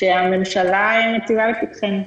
שהממשלה מציבה לפתחנו.